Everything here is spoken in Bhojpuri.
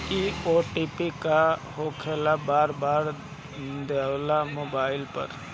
इ ओ.टी.पी का होकेला बार बार देवेला मोबाइल पर?